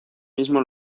mismo